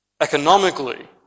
Economically